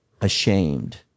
ashamed